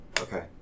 okay